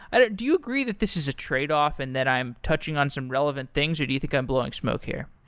and do you agree that this is a tradeoff and that i'm touching on some relevant things, or do you think i'm blowing smoke here?